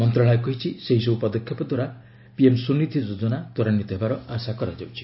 ମନ୍ତ୍ରଣାଳୟ କହିଛି ଏହିସବୁ ପଦକ୍ଷେପ ଦ୍ୱାରା ପିଏମ୍ ସ୍ୱନିଧି ଯୋଜନା ତ୍ୱରାନ୍ଧିତ ହେବାର ଆଶା କରାଯାଉଛି